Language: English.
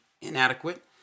inadequate